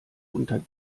unter